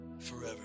forever